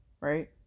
right